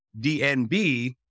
DNB